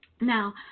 Now